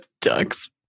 ducks